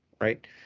right